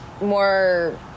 more